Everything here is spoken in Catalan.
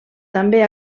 també